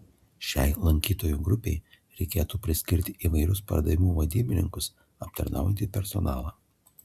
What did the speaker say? šiai lankytojų grupei reikėtų priskirti įvairius pardavimų vadybininkus aptarnaujantį personalą